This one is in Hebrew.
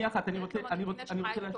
והיום בית עסק שיש לו מוניטין אשראי טוב